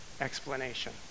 explanation